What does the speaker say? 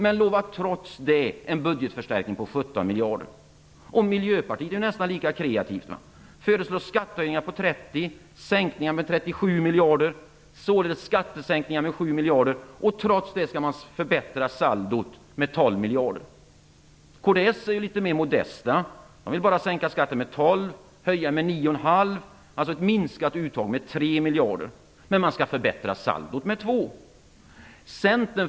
Trots det lovar man en budgetförstärkning på 17 miljarder. Miljöpartiet är nästan lika kreativt och föreslår skattehöjningar på 30 miljarder och sänkningar med 37 miljarder. Det blir således en skattesänkning med 7 miljarder. Trots det skall man förbättra saldot med 12 Kds är litet mer modesta. De vill bara sänka skatten med 12 miljarder och höja med 9,5. Det är alltså ett minskat uttag med 3 miljarder, men man skall förbättra saldot med 2. Fru talman!